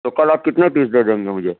تو کل آپ کتنے پیس دے دیں گے مجھے